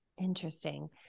Interesting